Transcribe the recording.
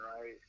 right